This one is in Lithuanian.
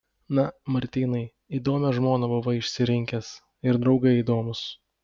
na martynai įdomią žmoną buvai išsirinkęs ir draugai įdomūs